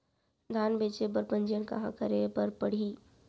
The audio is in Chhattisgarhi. धान बेचे बर पंजीयन कहाँ करे बर पड़ही?